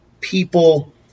people